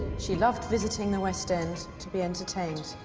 she loved visiting the west end to be entertained.